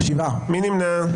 מי נמנע?